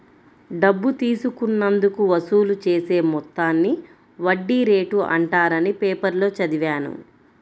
డబ్బు తీసుకున్నందుకు వసూలు చేసే మొత్తాన్ని వడ్డీ రేటు అంటారని పేపర్లో చదివాను